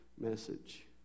message